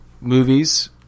movies